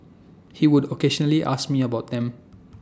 he would occasionally ask me about them